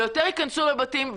ויותר ייכנסו לבתים,